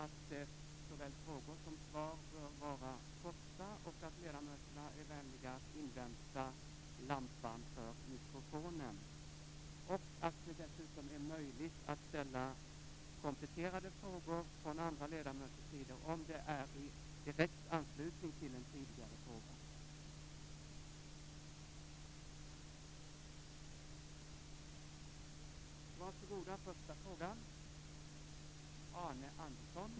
Herr talman! Det är riktigt att vi har haft en väldigt stark förslitning av vår materiel nere i Bosnien i vår bataljon.